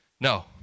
No